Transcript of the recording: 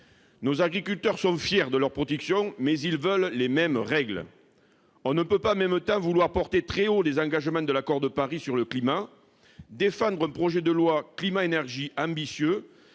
Nos agriculteurs sont fiers de leurs productions, mais ils veulent les mêmes règles que les autres. On ne peut pas en même temps vouloir porter très haut les engagements de l'accord de Paris sur le climat ou défendre un projet de loi Énergie-Climat ambitieux,